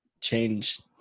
change